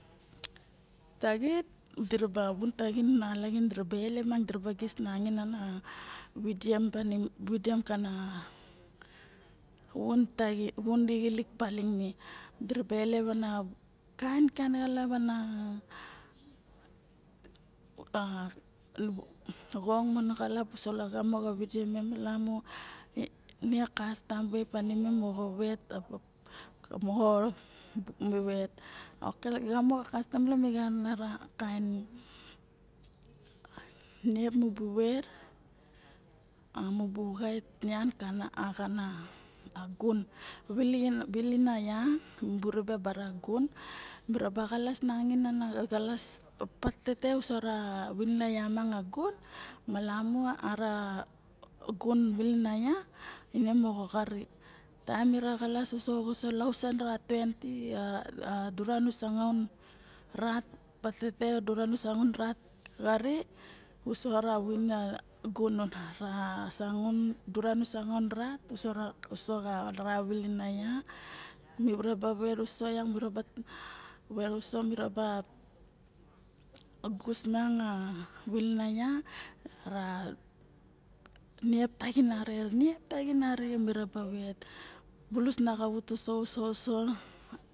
Taxit diraba elep ma diraba gid mangain ana videm kana vun taxin ma vun lixilik taxim me diraba elep ana kaenkaen xalap ana a xong mana uso lagamo xa videm ma ne a kastam nep tanimem moxo vet ka mo i vet lagamo xa kastam mi vet a kaen a niep ma vet a mu bu vet xait nien kana axana gun vilin a ya mibu ribe bare gun miraba xalas nangain ana xalap na patete uso xa vilin a ya miang agun malamu ara gun vilina ya ine moxo xari taem mira xalas uso uso ra lause pa 20, o dura na sangaun rat patete sangaun rat xari uso xa ra vilin a gun ara dura na sangaun rat uso xa ra vilina gun miraba ver uso uso miraba gus miang a vilina va ara niep taxin arixen miraba vet bulus na xavut uso uso